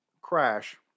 crash